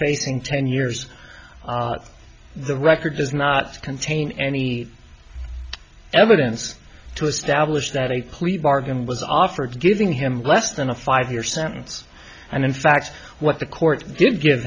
facing ten years on the record does not contain any evidence to establish that a plea bargain was offered giving him less than a five year sentence and in fact what the court did give